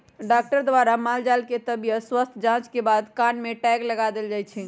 doctor द्वारा माल जाल के तबियत स्वस्थ जांच के बाद कान में टैग लगा देल जाय छै